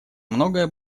многое